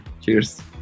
Cheers